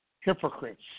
hypocrites